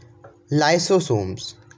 Lysosomes